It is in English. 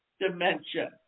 dementia